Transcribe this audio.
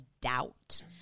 doubt